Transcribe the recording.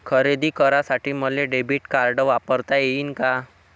खरेदी करासाठी मले डेबिट कार्ड वापरता येईन का?